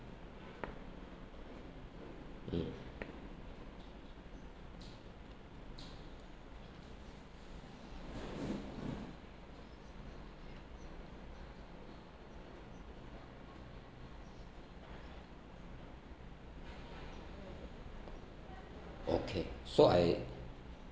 mm okay so I